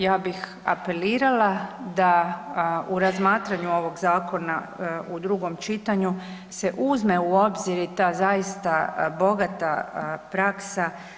Ja bih apelirala da u razmatranju ovoga Zakona u drugom čitanju se uzme u obzir i da zaista bogata praksa.